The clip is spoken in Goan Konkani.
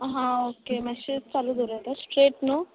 आं ओके मातशें चालू दवरात आं स्ट्रेट न्हू